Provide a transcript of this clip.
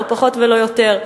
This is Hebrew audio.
לא פחות ולא יותר,